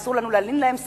אסור לנו להלין להם שכר,